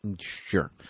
Sure